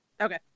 Okay